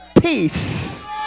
Peace